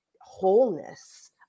wholeness